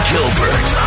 Gilbert